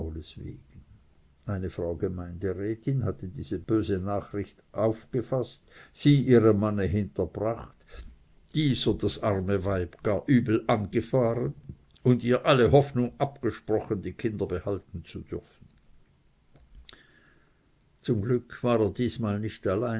wegen eine frau gemeindrätin hatte diese böse nachrede aufgefaßt sie ihrem mann hinterbracht dieser das arme weib gar übel angefahren und ihr alle hoffnung abgesprochen die kinder behalten zu dürfen zum glück war er diesmal nicht allein